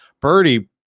birdie